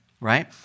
right